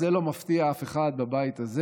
זה לא מפתיע אף אחד בבית הזה.